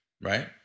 right